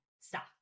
stop